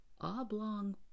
oblong